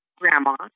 Grandma